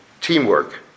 teamwork